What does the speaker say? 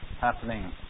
happening